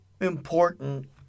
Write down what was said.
important